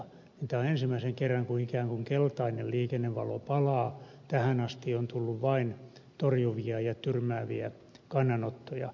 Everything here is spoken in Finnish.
tämä on ensimmäinen kerta kun ikään kuin keltainen liikennevalo palaa tähän asti on tullut vain torjuvia ja tyrmääviä kannanottoja